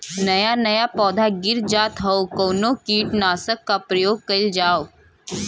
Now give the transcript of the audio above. नया नया पौधा गिर जात हव कवने कीट नाशक क प्रयोग कइल जाव?